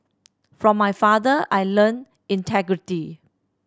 from my father I learnt integrity